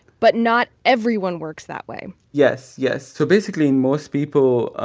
but not everyone works that way yes, yes. so basically, most people